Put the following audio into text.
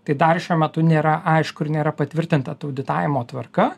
tai dar šiuo metu nėra aišku ir nėra patvirtinta ta auditavimo tvarka